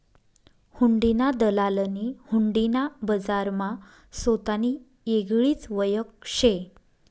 हुंडीना दलालनी हुंडी ना बजारमा सोतानी येगळीच वयख शे